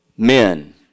Men